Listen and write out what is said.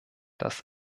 das